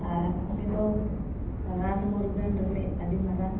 ᱟᱨ ᱩᱱᱤ ᱫᱚ ᱨᱟᱱᱢᱩᱨᱜᱟᱹᱱ ᱨᱤᱱᱤᱡᱽ ᱟᱹᱰᱤ ᱢᱟᱨᱟᱝ